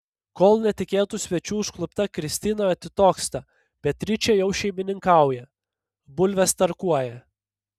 kol netikėtų svečių užklupta kristina atitoksta beatričė jau šeimininkauja bulves tarkuoja